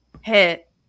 Hit